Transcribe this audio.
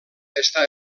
està